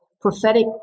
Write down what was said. prophetic